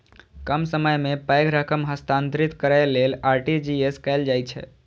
कम समय मे पैघ रकम हस्तांतरित करै लेल आर.टी.जी.एस कैल जाइ छै